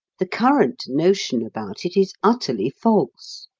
the current notion about it is utterly false.